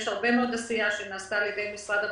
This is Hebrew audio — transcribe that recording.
נעשתה הרבה מאוד עשייה על ידי משרד הבריאות,